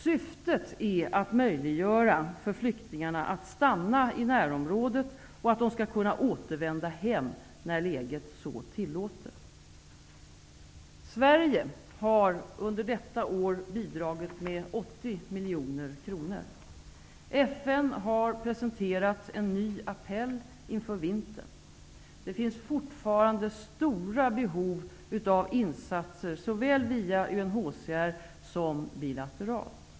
Syftet är att möjliggöra för flyktingarna att stanna i närområdet och att de skall kunna återvända hem när läget så tillåter. Sverige har under detta år bidragit med 80 miljoner kronor. FN har presenterat en ny appell inför vintern. Det finns fortfarande stora behov av insatser såväl via UNHCR som bilateralt.